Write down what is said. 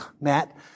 Matt